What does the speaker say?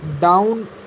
down